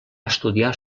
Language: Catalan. estudiar